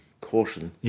caution